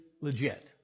legit